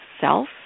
self